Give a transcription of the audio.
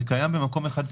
זה קיים במקום אחד ספציפי.